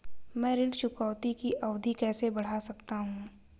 मैं ऋण चुकौती की अवधि कैसे बढ़ा सकता हूं?